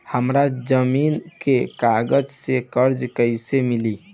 हमरा जमीन के कागज से कर्जा कैसे मिली?